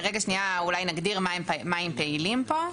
אולי נגדיר מה הם פעילים פה.